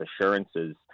assurances